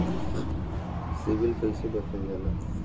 CIBIL कैसे देखल जाला?